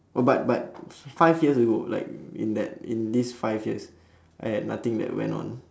oh but but five years ago like in that in these five years I had nothing that went on